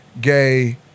gay